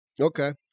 Okay